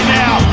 now